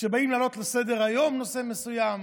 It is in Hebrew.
כשבאים להעלות על סדר-היום נושא מסוים,